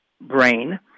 brain